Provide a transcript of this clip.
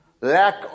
Lack